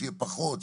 שיהיה פחות,